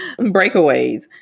breakaways